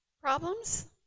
problems